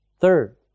Third